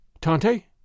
Tante